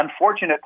unfortunate